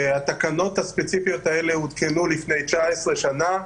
התקנות הספציפיות האלה הותקנו לפני 19 שנה.